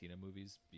movies